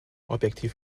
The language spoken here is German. objektiv